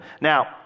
Now